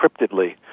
encryptedly